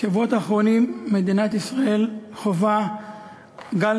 בשבועות האחרונים מדינת ישראל חווה גל